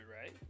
right